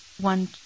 one